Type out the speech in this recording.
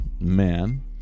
man